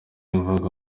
imvugo